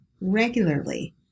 regularly